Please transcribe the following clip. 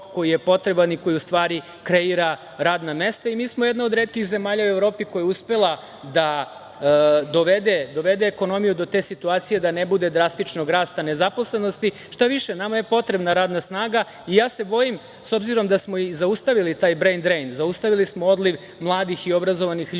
koji je potreban i koji u stvari kreira radna mesta. Mi smo jedna od retkih zemalja u Evropi koja je uspela da dovede ekonomiju do te situacije da ne bude drastičnog rasta nezaposlenosti. Štaviše, nama je potrebna radna snaga. S obzirom da smo i zaustavili taj "brain drain", zaustavili smo odliv mladih i obrazovanih ljudi